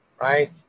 right